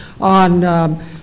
on